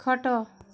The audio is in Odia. ଖଟ